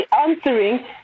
answering